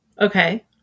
Okay